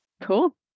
Cool